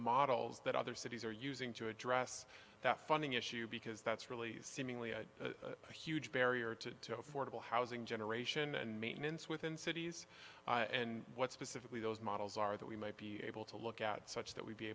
models that other cities are using to address that funding issue because that's really seemingly a huge barrier to the affordable housing generation and maintenance within cities and what specifically those models are that we might be able to look at such that we be